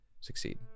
succeed